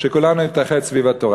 שכולנו נתאחד סביב התורה.